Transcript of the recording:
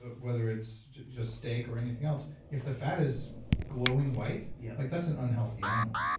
but whether it's just steak or anything else, if the fat is glowing white yeah like that's an unhealthy animal,